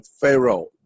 pharaoh